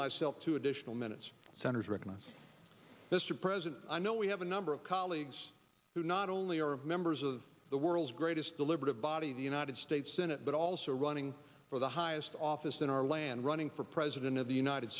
myself two additional minutes center directness mr president i know we have a number of colleagues who not only are members of the world's greatest deliberative body the united states senate but also running for the highest office in our land running for president of the united